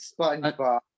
SpongeBob